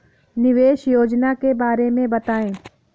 निवेश योजना के बारे में बताएँ?